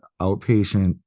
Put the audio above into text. outpatient